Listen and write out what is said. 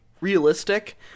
realistic